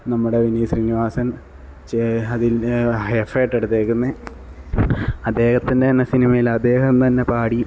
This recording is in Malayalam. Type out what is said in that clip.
നമ്മുടെ വിനീത് ശ്രീനിവാസന് ചെയ് അതില് എഫേർട്ട് എടുത്തിരിക്കുന്നത് അദ്ദേഹത്തിന്റെ തന്നെ സിനിമയില് അദ്ദേഹം തന്നെ പാടി